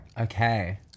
Okay